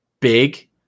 big